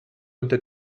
unter